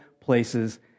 places